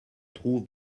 trouve